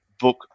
book